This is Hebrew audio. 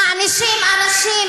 מענישים אנשים